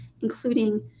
including